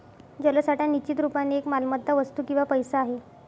जलसाठा निश्चित रुपाने एक मालमत्ता, वस्तू किंवा पैसा आहे